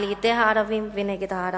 על-ידי הערבים ונגד הערבים.